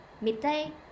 midday